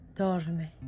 dorme